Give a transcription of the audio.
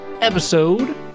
episode